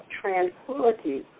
tranquility